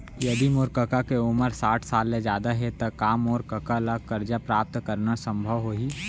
यदि मोर कका के उमर साठ साल ले जादा हे त का मोर कका ला कर्जा प्राप्त करना संभव होही